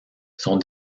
sont